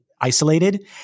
isolated